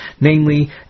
namely